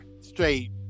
straight